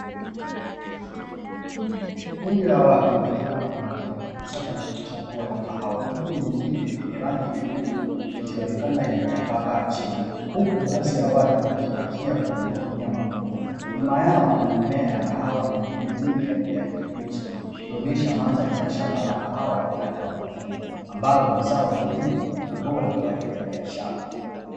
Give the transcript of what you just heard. Kundi la watu wakiwemo wanawake, wakikusanya na kuchambua kahawa, huku nyingine yenye rangi nyekundu ikionekana imetapakaa chini, huku baadhi ya watu wakipakia kwenye magunia makubwa. Nyuma yao kuna mimea ya kahawa na mingine mingi ya kijani kibichi, ikionyesha mandhari ya shamba la kahawa wakati wa mavuno, ambalo ni zao muhimu na bora kwa ajili ya biashara.